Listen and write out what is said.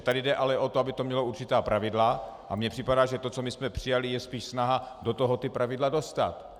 Tady jde ale o to, aby to mělo určitá pravidla, a mně připadá, že to, co my jsme přijali, je spíše snaha do toho ta pravidla dostat.